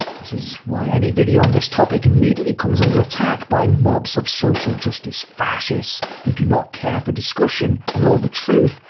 this is why any video on this topic immediately comes under attack by mobs of social-justice-fascists who do not care for discussion, nor the truth,